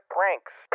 Pranks